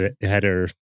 header